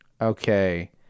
Okay